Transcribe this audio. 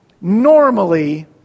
normally